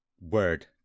word